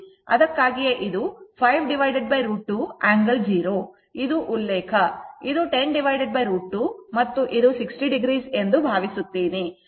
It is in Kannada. ಅದಕ್ಕಾಗಿಯೇ ಇದು 5 √ 2 ಕೋನ 0 ಇದು ಉಲ್ಲೇಖ ಇದು 10 √ 2 ಮತ್ತು ಇದು 60o ಎಂದು ಭಾವಿಸುತ್ತೇನೆ